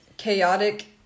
chaotic